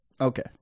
Okay